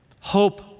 Hope